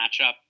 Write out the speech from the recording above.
matchup